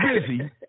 busy